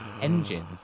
engine